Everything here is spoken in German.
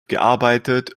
gearbeitet